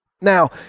Now